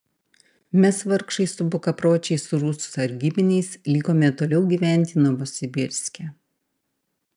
mes vargšai su bukapročiais rusų sargybiniais likome toliau gyventi novosibirske